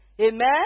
Amen